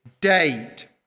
date